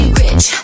rich